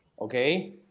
Okay